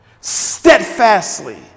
steadfastly